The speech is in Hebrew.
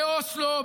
באוסלו,